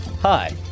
Hi